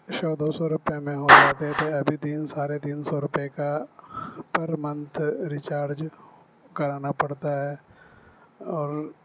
سو دو سو روپے میں ہو جاتے تھے ابھی تین ساڑھے تین سو روپے کا پر منتھ ریچارج کرانا پڑتا ہے اور